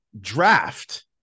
draft